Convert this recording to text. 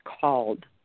called